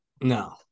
No